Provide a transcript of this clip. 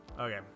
Okay